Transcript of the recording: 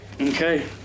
Okay